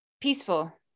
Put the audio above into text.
peaceful